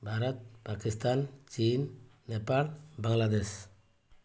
ଭାରତ ପାକିସ୍ତାନ ଚୀନ ନେପାଳ ବାଂଲାଦେଶ